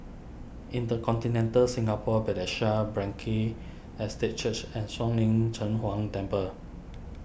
Intercontinental Singapore Bethesda Frankel Estate Church and Shuang Lin Cheng Huang Temple